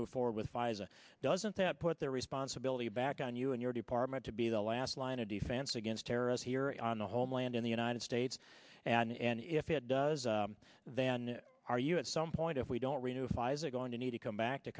move forward with pfizer doesn't that put the responsibility back on you and your department to be the last line of defense against terrorists here on the homeland in the united states and if it does then are you at some point if we don't remove fison going to need to come back to